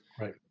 Right